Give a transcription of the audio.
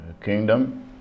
kingdom